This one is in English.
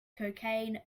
cocaine